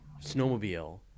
snowmobile